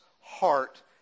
heart